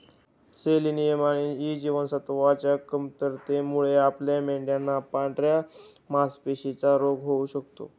selenium आणि E जीवनसत्वच्या कमतरतेमुळे आपल्या मेंढयांना पांढऱ्या मासपेशींचा रोग होऊ शकतो